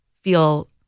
feel